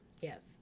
Yes